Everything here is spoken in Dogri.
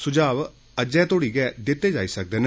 स्झां अज्जे तोड़ी गै दित्ते जाई सकदे न